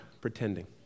pretending